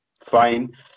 fine